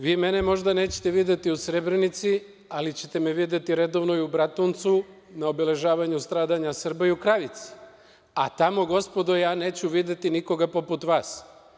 Vi mene možda nećete videti u Srebrenici, ali ćete me videti redovno i u Bratuncu, na obeležavanju stradanja Srba, i u Kravici, a tamo, gospodo, ja neću videti nikoga poput vas.